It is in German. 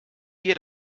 wir